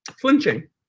flinching